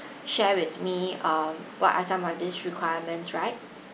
share with me um what are some of these requirements right